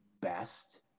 best